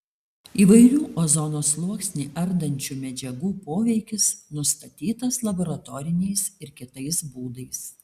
įvairių ozono sluoksnį ardančių medžiagų poveikis nustatytas laboratoriniais ir kitais būdais